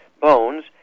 bones